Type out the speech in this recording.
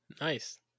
Nice